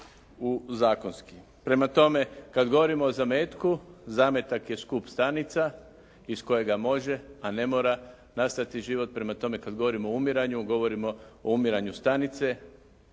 u, zakonski. Prema tome kad govorimo o zametku, zametak je skup stanica iz kojega može a ne mora nastati život. Prema tome kad govorimo o umiranju govorimo o umiranju stanice,